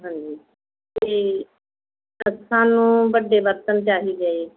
ਹਾਂਜੀ ਅਤੇ ਸਾਨੂੰ ਵੱਡੇ ਬਰਤਨ ਚਾਹੀਦੇ ਜੀ